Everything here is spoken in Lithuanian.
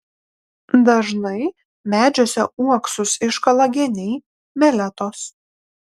dažnai medžiuose uoksus iškala geniai meletos